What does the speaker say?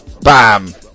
bam